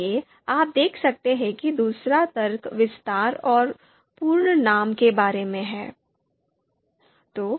इसलिए आप देख सकते हैं कि दूसरा तर्क विस्तार और पूर्ण नाम के बारे में है